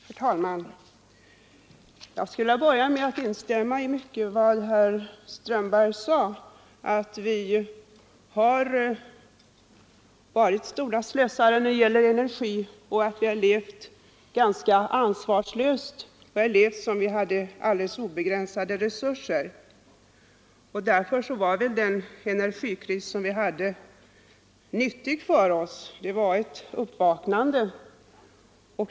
Herr talman! Jag skulle vilja börja med att instämma i mycket av vad herr Strömberg i Botkyrka sade, nämligen att vi har varit stora slösare när det gäller energi och att vi har levat ganska ansvarslöst; vi har levat som om vi hade alldeles obegränsade resurser. Därför var den energikris som vi upplevde nyttig för oss. Den medförde ett uppvaknande.